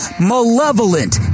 malevolent